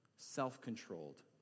self-controlled